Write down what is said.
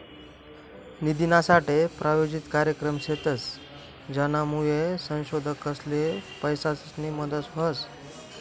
निधीनासाठे प्रायोजित कार्यक्रम शेतस, ज्यानामुये संशोधकसले पैसासनी मदत व्हस